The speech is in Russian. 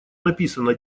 написано